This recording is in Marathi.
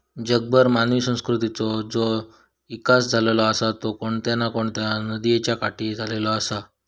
जगभर मानवी संस्कृतीचा जो इकास झालेलो आसा तो कोणत्या ना कोणत्या नदीयेच्या काठी झालेलो आसा